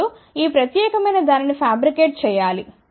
ఇప్పుడు ఈ ప్రత్యేకమైన దానిని ఫాబ్రికేట్ చేయాలి